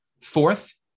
Fourth